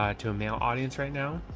ah to a male audience right now.